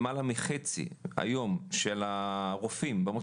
למעלה מחצי היום של הרופאים במערכת